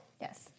Yes